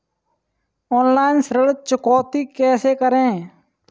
Online ऋण चुकौती कैसे करें?